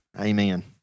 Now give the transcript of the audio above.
Amen